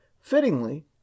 Fittingly